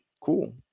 cool